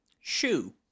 Shoe